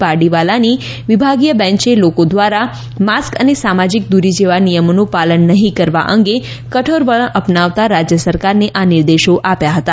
પારડીવાલાની વિભાગીય બેન્ચે લોકો દ્વારા માસ્ક અને સામાજિક દૂરી જેવા નિયમોનું પાલન નહીં કરવા અંગે કઠોર વલણ અપનાવતા રાજ્ય સરકારને આ નિર્દેશો આપ્યા હતા